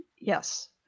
Yes